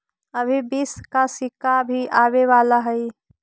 अभी बीस का सिक्का भी आवे वाला हई